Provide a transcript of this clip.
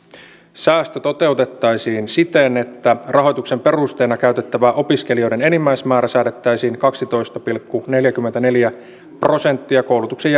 säästö toteutettaisiin siten että rahoituksen perusteena käytettävä opiskelijoiden enimmäismäärä säädettäisiin kaksitoista pilkku neljäkymmentäneljä prosenttia koulutuksen